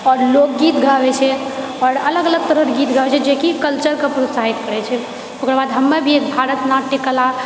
आओर लोकगीत गाबै छै आओर अलग अलग तरहके गीत गाबै छै जेकि कल्चरके प्रोत्साहित करै छै ओकर बाद हमर भारत नाट्य कला